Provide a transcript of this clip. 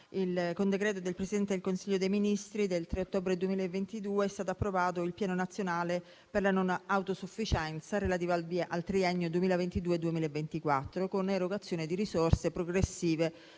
sa, con decreto del Presidente del Consiglio dei ministri del 3 ottobre 2022 è stato approvato il Piano nazionale per la non autosufficienza, relativo al triennio 2022-2024, con l'erogazione di risorse progressive